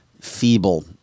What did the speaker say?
feeble